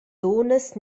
dunnas